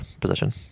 position